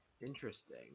interesting